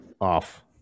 off